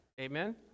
Amen